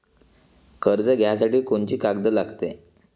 कर्ज घ्यासाठी कोनची कागद लागते?